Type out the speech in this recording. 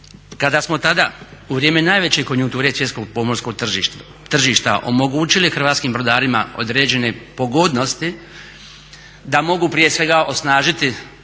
kada smo tada u vrijeme najveće konjukture svjetskog pomorskog tržišta omogućili hrvatskim brodarima određene pogodnosti da mogu prije svega osnažiti,